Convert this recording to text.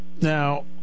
Now